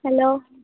hello